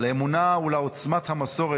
לאמונה ולעוצמת המסורת,